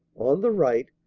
on the right,